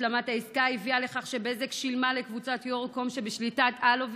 השלמת העסקה הביאה לכך שבזק שילמה לקבוצת יורוקום שבשליטת אלוביץ'